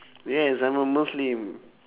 yes I'm a muslim